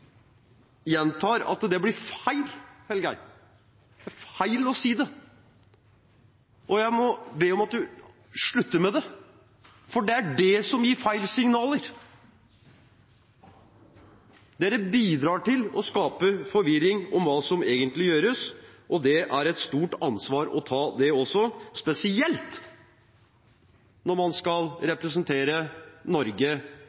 gjentar at det blir feil, Engen-Helgheim, det er feil å si det, og jeg må be om at du slutter med det, for det er det som gir feil signaler. Dere bidrar til å skape forvirring om hva som egentlig gjøres, og det er også et stort ansvar å ta. Spesielt når man skal representere Norge